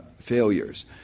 failures